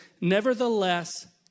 nevertheless